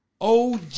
OG